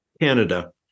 canada